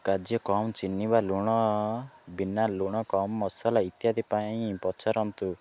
କାର୍ଯ୍ୟ କମ୍ ଚିନି ବା ଲୁଣ ବିନା ଲୁଣ କମ୍ ମସଲା ଇତ୍ୟାଦି ପାଇଁ ପଚାରନ୍ତୁ